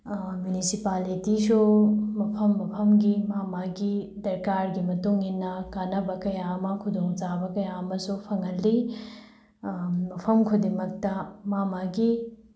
ꯃꯤꯅꯤꯁꯤꯄꯥꯂꯤꯇꯤꯁꯨ ꯃꯐꯝ ꯃꯐꯝꯒꯤ ꯃꯥꯒꯤ ꯃꯥꯒꯤ ꯗꯔꯀꯥꯔꯒꯤ ꯃꯇꯨꯡ ꯏꯟꯅ ꯀꯥꯟꯅꯕ ꯀꯌꯥ ꯑꯃ ꯈꯨꯗꯣꯡꯆꯥꯕ ꯀꯌꯥ ꯑꯃꯁꯨ ꯐꯪꯍꯜꯂꯤ ꯃꯐꯝ ꯈꯨꯗꯤꯡꯃꯛꯇ ꯃꯥꯒꯤ ꯃꯥꯒꯤ